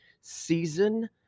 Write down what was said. season